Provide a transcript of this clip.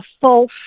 false